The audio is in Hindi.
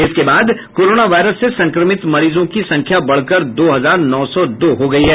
इसके बाद कोरोना वायरस से संक्रमित मरीजों की संख्या बढ़कर दो हजार नौ सौ दो हो गयी है